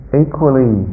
equally